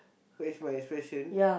what is my expression